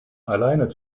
alleine